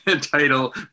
title